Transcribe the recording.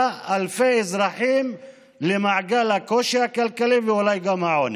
אלפי אזרחים למעגל הקושי הכלכלי ואולי גם העוני.